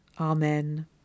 Amen